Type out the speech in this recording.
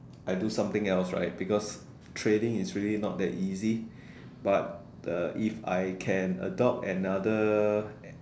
I do something else right because trading is really not that easy but if I can adopt another